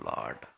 Lord